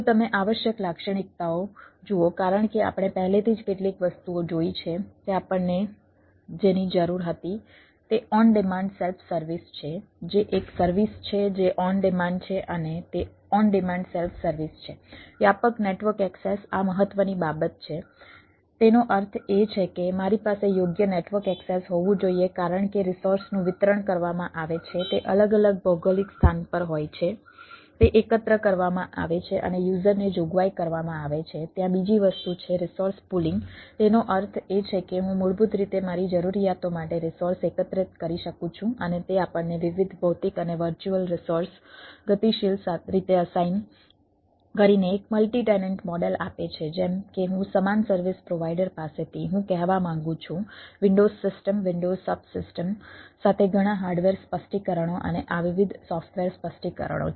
જો તમે આવશ્યક લાક્ષણિકતાઓ જુઓ કારણ કે આપણે પહેલેથી જ કેટલીક વસ્તુઓ જોઈ છે તે આપણને જેની જરૂર હતી તે ઓન ડિમાન્ડ સ્પષ્ટીકરણો છે